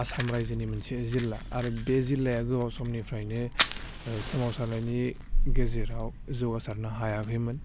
आसाम रायजोनि मोनसे जिल्ला आरो बे जिल्लाया गोबाव समनिफ्रायनो सोमावसारनायनि गेजेराव जौगासारनो हायाखैमोन